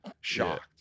shocked